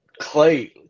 Clay